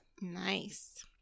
nice